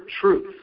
truth